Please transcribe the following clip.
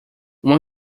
uma